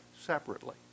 separately